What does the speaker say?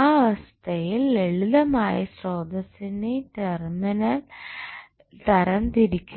ആ അവസ്ഥയിൽ ലളിതമായി സ്രോതസ്സിന്റെ ടെർമിനൽ തരം തിരിക്കുന്നു